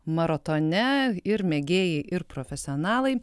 maratone ir mėgėjai ir profesionalai